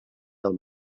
del